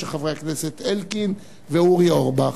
של חבר הכנסת אלקין ואורי אורבך.